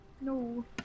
No